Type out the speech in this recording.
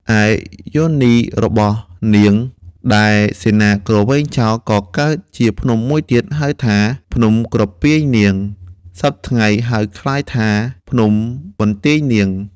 ឯយោនីរបស់នាង ដែលសេនាគ្រវែងចោល ក៏កើតជាភ្នំមួយទៀត ហៅថា ភ្នំក្រពាយនាង (សព្វថ្ងៃហៅក្លាយថា ភ្នំបន្ទាយនាង)។